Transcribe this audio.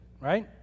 right